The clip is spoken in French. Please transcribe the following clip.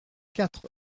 quatre